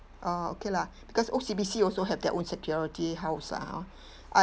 orh okay lah because O_C_B_C also have their own security house lah hor uh